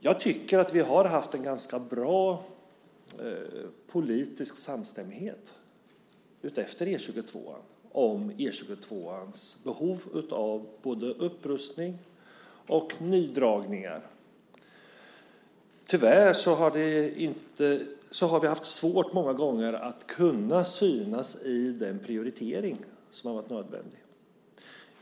Jag tycker att vi har haft en ganska bra politisk samstämmighet utefter E 22:an om E 22:ans behov av både upprustning och nydragningar. Tyvärr har vi många gånger haft svårt att kunna synas i den prioritering som har varit nödvändig.